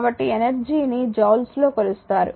కాబట్టి ఎనర్జీ ని జూల్స్లో కొలుస్తారు